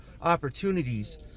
opportunities